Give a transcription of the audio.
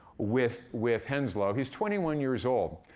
with with henslow. he's twenty one years old,